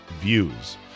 views